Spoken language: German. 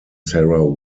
sarah